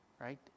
Right